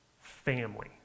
family